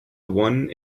one